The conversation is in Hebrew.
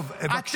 טוב, בבקשה לרדת.